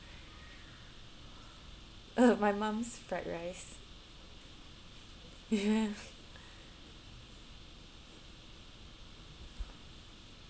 uh my mum's fried rice yeah